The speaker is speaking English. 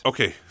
Okay